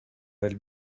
del